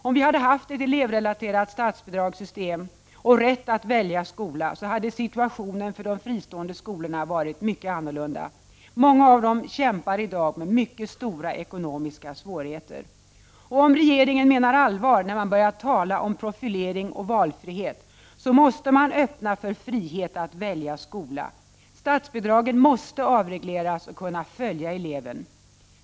Om vi hade haft ett elevrelaterat statsbidragssystem och rätt att välja skola, hade situationen för de fristående skolorna varit mycket annorlunda. Många av dem kämpar i dag med stora ekonomiska svårigheter. Om regeringen menar allvar när man numera börjat tala om profilering och valfrihet, så måste man öppna för frihet att välja skola. Statsbidragen måste avregleras och kunna följa eleven.